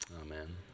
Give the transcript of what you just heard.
amen